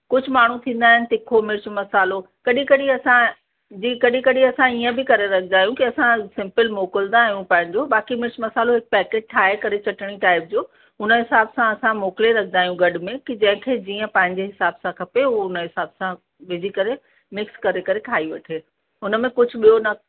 कुझु माण्हू थींदा आहिनि तीखो मिर्चु मसालो कॾहिं कॾहिं असांजी कॾहिं कॾहिं असां इअं बि करे रखंदा आहियूं कि असां सिंपल मोकिलींदा आहियूं पंहिंजो बाक़ी मिर्चु मसालो हिकु पैकेट ठाहे करे चटिणी टाइप जो हुन हिसाब सां असां मोकिले रखंदा आहियूं गॾु में कि जंहिं खे जीअं पंहिंजे हिसाब सां खपे उहो हुन हिसाब सां विझी करे मिक्स करे करे खाई वठे हुन में कुझु ॿियो न